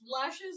lashes